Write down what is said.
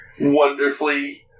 Wonderfully